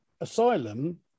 asylum